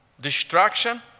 destruction